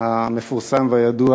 המפורסם והידוע,